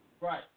Right